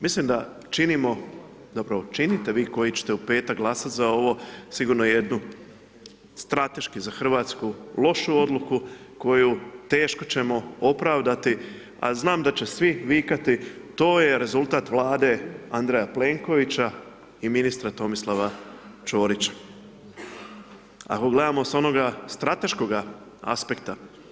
Mislim da činimo, zapravo činite vi koji ćete u petak glasat za ovo, sigurno jednu strateški za RH lošu odluku koju teško ćemo opravdati, a znam da će svi vikati to je rezultat Vlade Andreja Plenkovića i ministra Tomislava Ćorića ako gledamo sa onoga strateškoga aspekta.